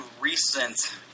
recent